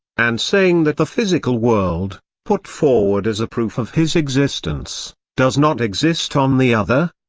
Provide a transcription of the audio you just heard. and saying that the physical world, put forward as a proof of his existence, does not exist on the other?